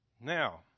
Now